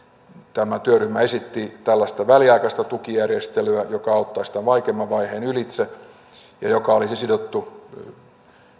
tämä työryhmä esitti tällaista väliaikaista tukijärjestelyä joka auttaisi tämän vaikeimman vaiheen ylitse ja joka olisi sidottu